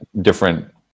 different